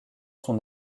son